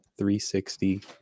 360